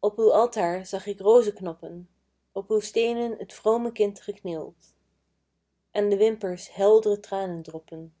op uw altaar zag ik rozeknoppen op uw steenen t vrome kind geknield aan de wimpers heldre tranendroppen